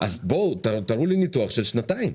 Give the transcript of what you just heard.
אז תראו לי ניתוח של שנתיים.